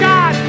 God